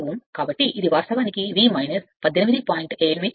కాబట్టి ఇది వాస్తవానికి V 18